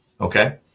okay